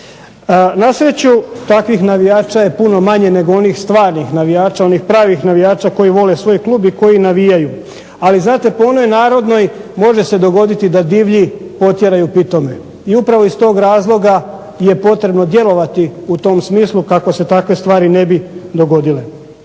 Na sreću, takvih navijača je puno manje nego onih stvarnih navijača, onih pravih navijača koji vole svoj klub i koji navijaju. Ali znate po onoj narodnoj, može se dogoditi da divlji potjeraju pitome i upravo iz tog razloga je potrebno djelovati u tom smislu kako se takve stvari ne bi dogodile.